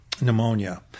pneumonia